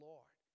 Lord